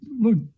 look